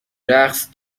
رقص